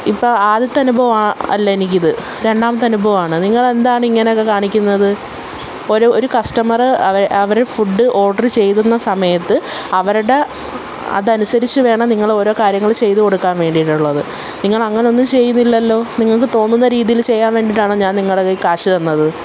ഇപ്പോള് ആദ്യത്തെ അനുഭവമല്ല എനിക്കിത് രണ്ടാമത്തെ അനുഭവമാണ് നിങ്ങളെന്താണ് ഇങ്ങനൊക്കെ കാണിക്കുന്നത് ഒരു ഒരു കസ്റ്റമര് അവര് ഫുഡ് ഓർഡെര് ചെയ്യുന്ന സമയത്ത് അവരുടെ അതനുസരിച്ച് വേണം നിങ്ങൾ ഓരോ കാര്യങ്ങൾ ചെയ്തു കൊടുക്കാൻ വേണ്ടിയിട്ടുള്ളത് നിങ്ങളങ്ങനൊന്നും ചെയ്തില്ലല്ലോ നിങ്ങള്ക്ക് തോന്നുന്ന രീതിയിൽ ചെയ്യാൻ വേണ്ടിയിട്ടാണോ ഞാൻ നിങ്ങളെ കയ്യില് കാശ് തന്നത്